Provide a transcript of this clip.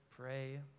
Pray